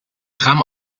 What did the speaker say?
tram